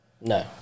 No